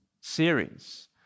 series